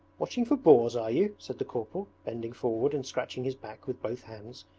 watching for boars, are you said the corporal, bending forward and scratching his back with both hands,